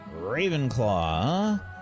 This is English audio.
Ravenclaw